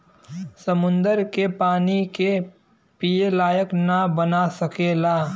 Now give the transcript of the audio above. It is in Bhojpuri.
समुन्दर के पानी के पिए लायक ना बना सकेला